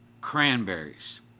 cranberries